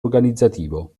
organizzativo